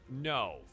No